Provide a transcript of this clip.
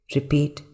Repeat